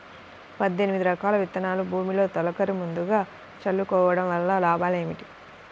పద్దెనిమిది రకాల విత్తనాలు భూమిలో తొలకరి ముందుగా చల్లుకోవటం వలన లాభాలు ఏమిటి?